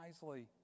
wisely